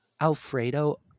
Alfredo